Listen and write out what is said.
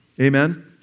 Amen